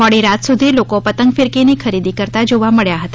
મોડી રાત સુધી લોકો પતંગ ફિરકીની ખરીદી કરતાં જોવા મળ્યા હતા